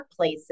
workplaces